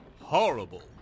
Horrible